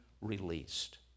released